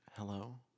Hello